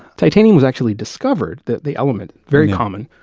titanium was actually discovered that the element, very common,